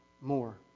more